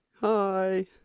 Hi